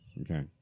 Okay